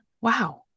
wow